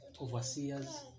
Overseers